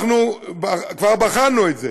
אנחנו כבר בחנו את זה